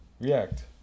react